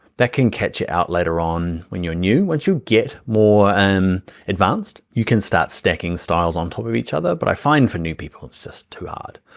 that can catch it out later on when you're new, once you get more and advanced, you can start stacking styles on top of each other, but i find, for new people, it's just too hard.